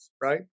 Right